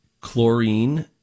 chlorine